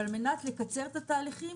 על מנת לקצר את התהליכים